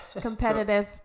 Competitive